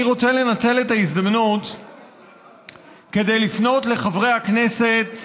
אני רוצה לנצל את ההזדמנות כדי לפנות לחברי הכנסת,